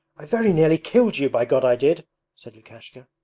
i very nearly killed you, by god i did said lukashka.